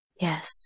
Yes